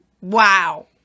Wow